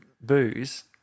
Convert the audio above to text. booze